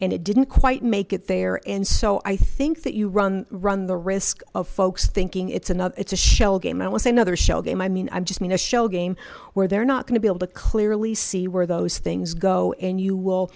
and it didn't quite make it there and so i think that you run run the risk of folks thinking it's another it's a shell game and was another shell game i mean i'm just mean a shell game where they're not going to be able to clearly see where those things go and you will